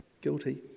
Guilty